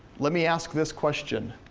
let me ask this question